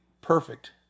perfect